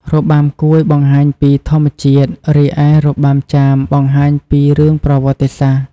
របាំកួយបង្ហាញពីធម្មជាតិ រីឯរបាំចាមបង្ហាញពីរឿងប្រវត្តិសាស្ត្រ។